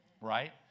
right